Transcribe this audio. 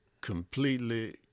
completely